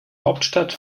hauptstadt